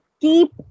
keep